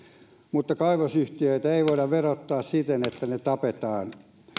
mutta kaivosyhtiöitä ei voida verottaa siten että ne tapetaan